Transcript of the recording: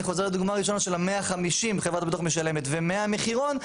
אני חוזר לדוגמה הראשונה של ה-150 שחברת הביטוח משלמת ו-100 מחירון,